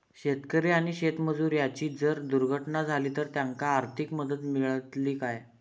शेतकरी आणि शेतमजूर यांची जर दुर्घटना झाली तर त्यांका आर्थिक मदत मिळतली काय?